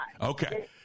Okay